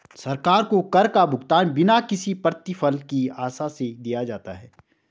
सरकार को कर का भुगतान बिना किसी प्रतिफल की आशा से दिया जाता है